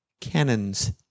cannons